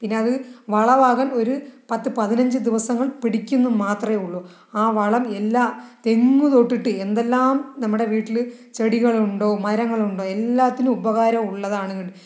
പിന്നെ അത് വളമാകാൻ ഒര് പത്ത് പതിനഞ്ച് ദിവസങ്ങൾ പിടിക്കും എന്ന് മാത്രമേ ഉള്ളൂ ആ വളം എല്ലാ തെങ്ങ് തൊട്ടിട്ട് എന്തെല്ലാം നമ്മുടെ വീട്ടിൽ ചെടികൾ ഉണ്ടോ മരങ്ങൾ ഉണ്ടോ എല്ലാത്തിനും ഉപകാരം ഉള്ളതാണ്